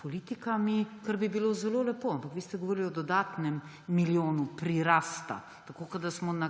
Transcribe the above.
politikami, kar bi bilo zelo lepo, ampak vi ste govorili o dodatnem milijonu prirasta, tako kot da smo v